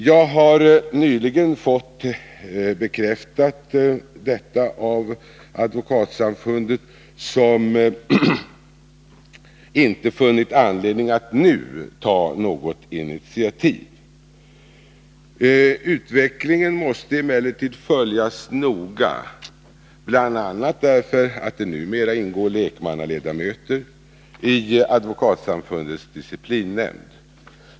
Jag har nyligen fått detta bekräftat av advokatsamfundet, som inte funnit anledning att nu ta något initiativ. Utvecklingen måste emellertid följas noga, bl.a. därför att lekmannaledamöter numera ingår i advokatsamfundets disciplinnämnd.